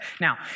Now